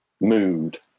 mood